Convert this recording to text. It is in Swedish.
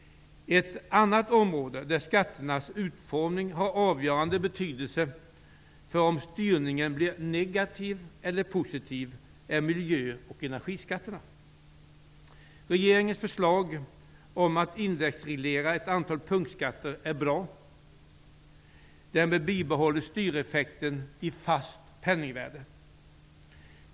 Ett annat område där skatternas utformning har avgörande betydelse för om styrningen blir negativ eller positiv är miljö och energiskatterna. Regeringens förslag om att indexreglera ett antal punktskatter är bra. Därmed bibehålls styreffekten i fast penningvärde.